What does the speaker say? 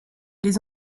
les